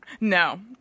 No